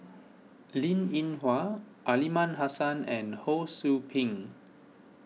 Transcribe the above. Linn in Hua Aliman Hassan and Ho Sou Ping